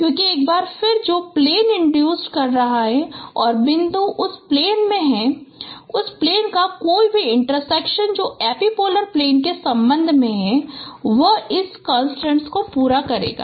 क्योंकि एक बार फिर जो प्लेन इन्ड्यूसड कर रहा है और बिंदु उस प्लेन में पड़े हुए हैं और उस प्लेन का कोई भी इन्टरसेक्शन जो एपिपोलर प्लेन के संबंध में है को वह इस कंस्ट्रेंट्स पूरा करेगा